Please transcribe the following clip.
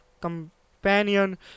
companion